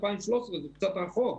שזה קצת רחוק,